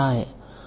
तो यह भी संभव है